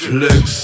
Flex